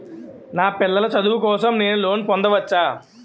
నా పిల్లల చదువు కోసం నేను లోన్ పొందవచ్చా?